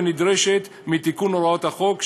ונדרשת מתיקון הוראות החוק,